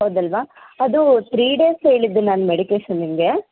ಹೌದಲ್ಲವಾ ಅದು three days ಹೇಳಿದ್ದು ನಾನು ಮೆಡಿಕೇಷನ್ ನಿಮಗೆ